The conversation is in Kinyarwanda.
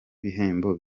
bihembo